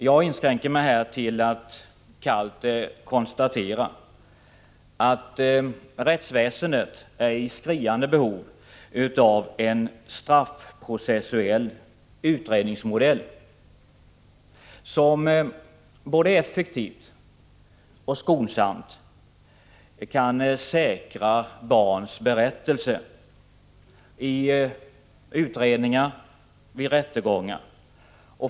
Jag inskränker mig här till att kallt konstatera att rättsväsendet är i skriande behov av en straffprocessuell utredningsmodell som både effektivt och skonsamt kan säkra barns berättelse i utredningar och vid rättegångar.